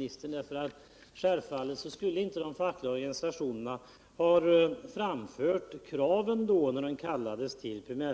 egen orimlighet. Självfallet skulle do fackliga organisationerna då inte framfört några krav utöver de 9.6 miljonerna.